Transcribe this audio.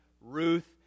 Ruth